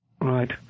Right